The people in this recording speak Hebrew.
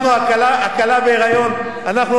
אנחנו הכלה בהיריון, אנחנו רוצים שהיא תתחתן.